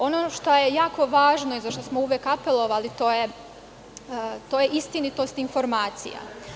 Ono što je jako važno i na šta smo uvek apelovali, to je istinitost informacija.